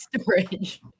storage